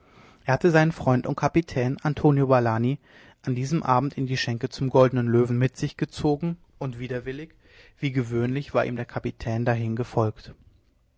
er hatte seinen freund und kapitän antonio valani an diesem abend in die schenke zum goldenen löwen mit sich gezogen und widerwillig wie gewöhnlich war ihm der kapitän dahin gefolgt